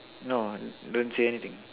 no don't say anything